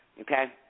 okay